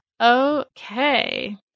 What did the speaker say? Okay